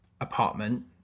apartment